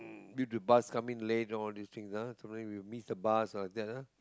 due to bus coming late and all these things ah so maybe we miss the bus like that ah